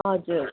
हजुर